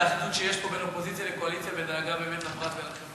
את האחדות שיש פה בין אופוזיציה לקואליציה בדאגה באמת לפרט ולחברה.